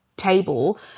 table